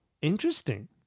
Interesting